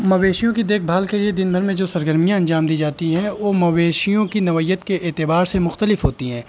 مویشیوں کی دیکھ بھال کے لیے دن بھر میں جو سرگرمیاں انجام دی جاتی ہیں وہ مویشیوں کی نوعیت کے اعتبار سے مختلف ہوتی ہیں